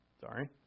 Sorry